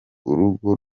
urugo